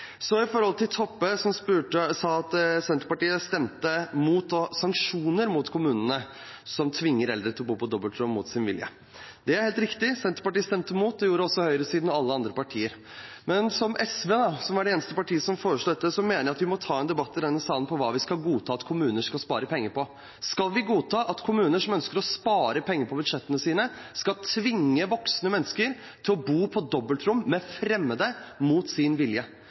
til representanten Toppe, som sa at Senterpartiet stemte mot å ha sanksjoner mot kommunene som tvinger eldre til å bo på dobbeltrom mot sin vilje. Det er helt riktig, Senterpartiet stemte mot, og det gjorde også høyresiden og alle andre partier. Men som representant for SV, som var det eneste partiet som foreslo dette, mener jeg at vi må ta en debatt i denne sal om hva vi skal godta at kommuner skal spare penger på. Skal vi godta at kommuner som ønsker å spare penger på budsjettene sine, skal tvinge voksne mennesker til å bo på dobbeltrom med fremmede mot sin vilje?